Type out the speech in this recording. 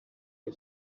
you